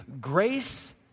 Grace